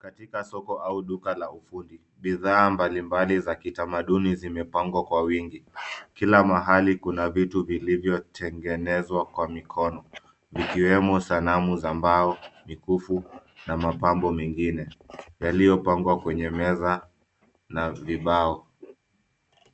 Katika soko au duka la ufundi, bidhaa mbalimbali za kitamaduni zimepangwa kwa wingi. Kila mahali kuna vitu vilivyotengenezwa kwa mikono vikiwemo sanamu za mbao, mikufu na mapambo mengine yaliyopangwa kwenye meza na vibao.